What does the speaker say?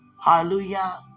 Hallelujah